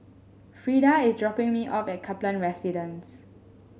Frida is dropping me off at Kaplan Residence